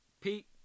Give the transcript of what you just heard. Pete